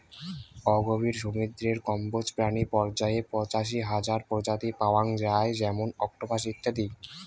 অগভীর সমুদ্রের কম্বোজ প্রাণী পর্যায়ে পঁচাশি হাজার প্রজাতি পাওয়াং যাই যেমন অক্টোপাস ইত্যাদি